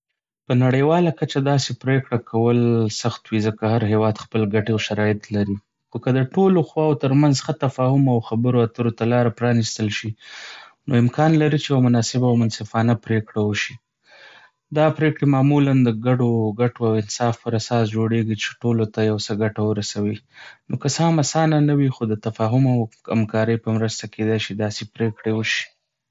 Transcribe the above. په نړیواله کچه داسې پریکړه کول سخت وي ځکه هر هېواد خپل ګټې او شرایط لري. خو که د ټولو خواوو ترمنځ ښه تفاهم او خبرو اترو ته لاره پرانستل شي، نو امکان لري چې یوه مناسبه او منصفانه پریکړه وشي. دا پریکړې معمولاً د ګډو ګټو او انصاف پر اساس جوړېږي چې ټولو ته یو څه ګټه ورسوي. نو، که څه هم آسانه نه وي، خو د تفاهم او همکارۍ په مرسته کیدای شي داسې پریکړې وشي.